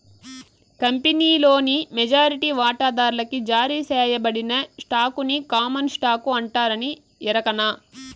కంపినీలోని మెజారిటీ వాటాదార్లకి జారీ సేయబడిన స్టాకుని కామన్ స్టాకు అంటారని ఎరకనా